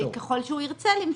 ככל שהוא ירצה למשוך.